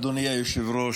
אדוני היושב-ראש,